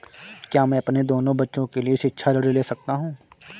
क्या मैं अपने दोनों बच्चों के लिए शिक्षा ऋण ले सकता हूँ?